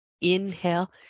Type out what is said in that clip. Inhale